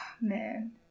man